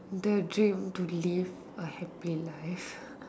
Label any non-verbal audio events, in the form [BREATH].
the dream to live a happy life [BREATH]